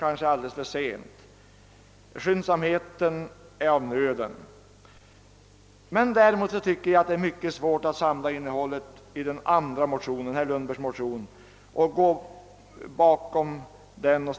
Kanske är det ändå för sent. Hur som helst är skyndsamhet av nöden. Däremot tycker jag att det är mycket svårt att samla innehållet i herr Lundbergs motion II: 415 och stödja den.